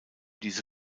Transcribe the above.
diese